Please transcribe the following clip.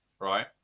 right